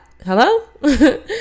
Hello